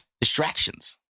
distractions